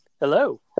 Hello